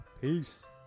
Peace